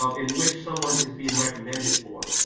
um in which someone is being recommended for,